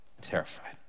terrified